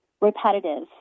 repetitive